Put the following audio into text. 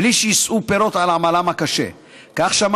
בלי שעמלם הקשה יישא פירות.